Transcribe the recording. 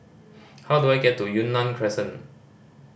how do I get to Yunnan Crescent